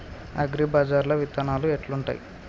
అగ్రిబజార్ల విత్తనాలు ఎట్లుంటయ్?